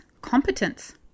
competence